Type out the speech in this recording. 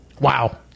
Wow